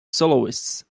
soloists